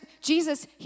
Jesus